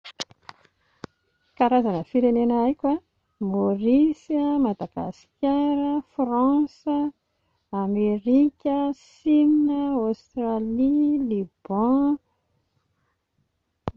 Karazana firenena haiko a: Maorisy a, Madagasikara, France a, Amerika, Chine, Australie, Liban,